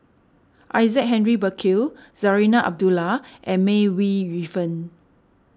Isaac Henry Burkill Zarinah Abdullah and May Ooi Yu Fen